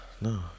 No